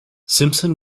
simpson